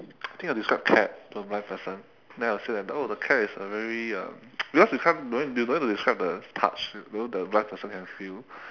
I think I will describe cat to a blind person then I will say that oh the cat is a very um because you can't don't need you don't need to describe the touch because blind people can feel